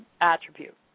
attribute